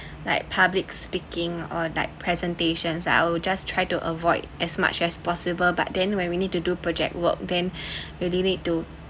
like public speaking or like presentations I will just try to avoid as much as possible but then when we need to do project work then really need to